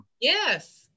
Yes